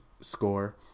score